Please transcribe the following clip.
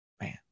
Man